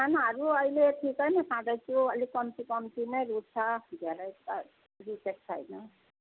खानाहरू अहिले ठिकै नै खाँदैछु अलिक कम्ती कम्ती नै रुच्छ धेरै त रुचेको छैन